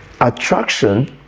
Attraction